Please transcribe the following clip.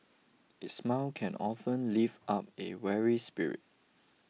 a smile can often lift up a weary spirit